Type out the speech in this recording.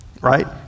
right